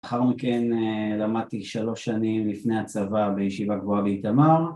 ‫לאחר מכן למדתי שלוש שנים ‫לפני הצבא בישיבה קבועה באיתמר.